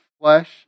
flesh